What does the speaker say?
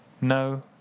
No